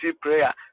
prayer